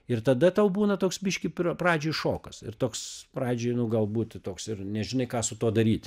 ir tada tau būna toks biškį pr pradžioj šokas ir toks pradžioj nu galbūt ir toks ir nežinai ką su tuo daryt